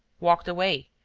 walked away,